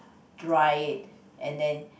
dry it and then